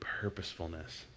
purposefulness